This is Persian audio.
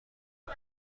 بود